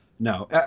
No